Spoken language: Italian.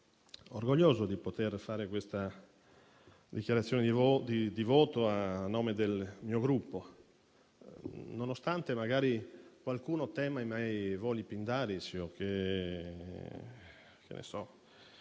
orgoglioso di poter fare questa dichiarazione di voto a nome del Gruppo, nonostante magari qualcuno tema i miei voli pindarici o che ci sia